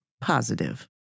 positive